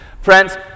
friends